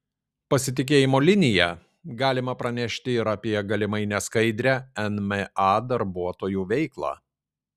pasitikėjimo linija galima pranešti ir apie galimai neskaidrią nma darbuotojų veiklą